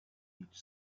each